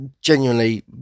genuinely